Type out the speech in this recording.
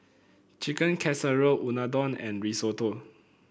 Chicken Casserole Unadon and Risotto